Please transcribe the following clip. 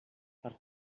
per